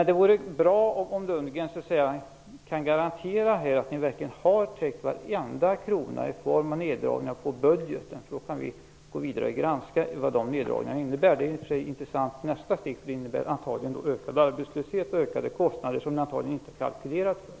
Det vore bra om Lundgren kan garantera att ni verkligen har täckt varenda krona i form av neddragningar på budgeten, för då kan vi gå vidare och granska vad de neddragningarna innebär. Det är nästa intressanta steg, för de innebär antagligen ökad arbetslöshet och ökade kostnader som ni antagligen inte kalkylerat för.